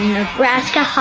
Nebraska